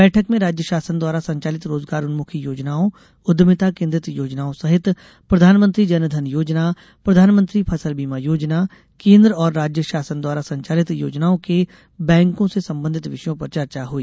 बैठक में राज्य शासन द्वारा संचालित रोजगारोन्मुखी योजनाओं उद्यभिता केन्द्रित योजनाओं सहित प्रधानमंत्री जनधन योजनाप्रधानमंत्री फसल बीमा योजना केन्द्र और राज्य शासन द्वारा संचालित योजनाओं के बैंकों से संबंधित विषयों पर चर्चा हुई